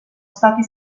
stati